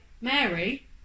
Mary